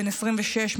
בן 26,